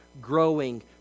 growing